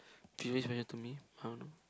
pretty special to me I don't know